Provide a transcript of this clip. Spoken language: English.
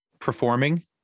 performing